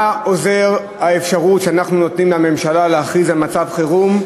מה עוזרת האפשרות שאנחנו נותנים לממשלה להכריז על מצב חירום,